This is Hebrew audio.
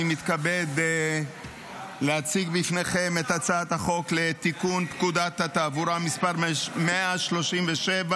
אני מתכבד להציג בפניכם את הצעת חוק לתיקון פקודת התעבורה (מס' 137),